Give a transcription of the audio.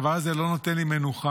הדבר הזה לא נותן לי מנוחה,